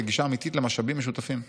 וגישה אמיתית למשאבים משותפים.